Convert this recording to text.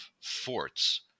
forts